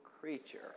creature